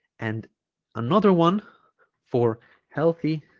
and another one for healthy